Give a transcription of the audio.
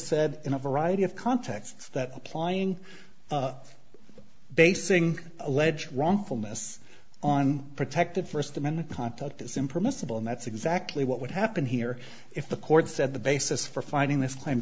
said in a variety of contexts that applying basing allege wrongfulness on protected first amendment contact is impermissible and that's exactly what would happen here if the court said the basis for finding this claim